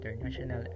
International